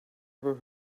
ever